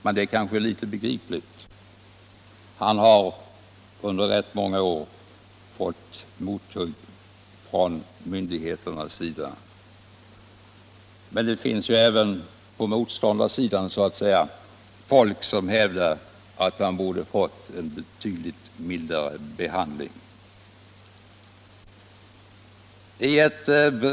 Men det kan vara begripligt eftersom han under rätt många år fått mothugg från myndigheternas sida. Det finns även på motståndarsidan folk som hävdar att han borde ha fått en betydligt mildare behandling.